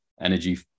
energy